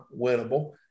winnable